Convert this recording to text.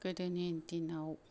गोदोनि दिनाव